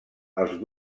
els